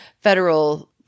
federal